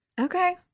Okay